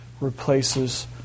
replaces